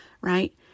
right